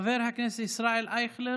חבר הכנסת ישראל אייכלר,